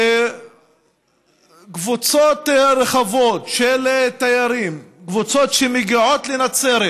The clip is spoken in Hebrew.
שקבוצות רחבות של תיירים שמגיעות לנצרת